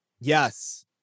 Yes